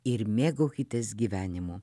ir mėgaukitės gyvenimu